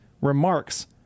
remarks